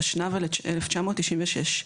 התשנ"ו 1996‏,